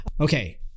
Okay